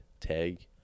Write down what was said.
tag